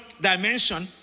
dimension